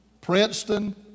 Princeton